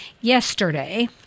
Yesterday